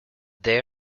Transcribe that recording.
they